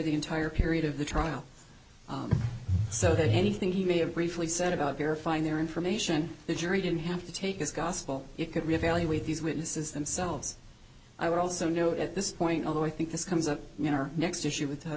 the entire period of the trial so that anything he may have briefly said about verifying their information the jury didn't have to take as gospel you could reevaluate these witnesses themselves i would also note at this point although i think this comes up in our next issue with